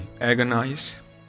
agonize